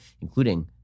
including